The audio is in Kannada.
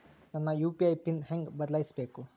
ನನ್ನ ಯು.ಪಿ.ಐ ಪಿನ್ ಹೆಂಗ್ ಬದ್ಲಾಯಿಸ್ಬೇಕು?